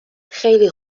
خیلی